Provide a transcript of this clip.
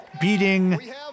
Beating